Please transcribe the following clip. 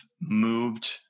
moved